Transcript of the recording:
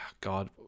god